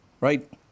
right